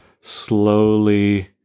slowly